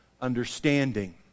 understanding